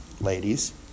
ladies